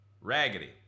Raggedy